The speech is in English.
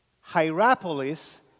Hierapolis